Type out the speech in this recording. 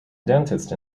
dentist